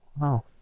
Wow